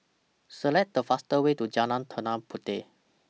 Select The faster Way to Jalan Tanah Puteh